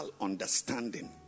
understanding